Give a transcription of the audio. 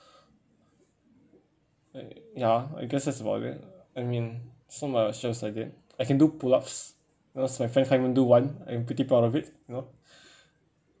ya I guess that's about it I mean some I can do pull ups because my friend can't even do one I'm pretty proud of it you know